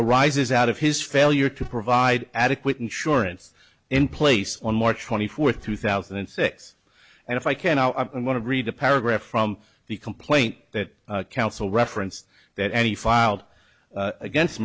arises out of his failure to provide adequate insurance in place on march twenty fourth two thousand and six and if i can i don't want to read a paragraph from the complaint that counsel referenced that any filed against